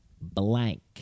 Blank